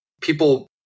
people